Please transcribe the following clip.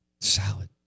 Salad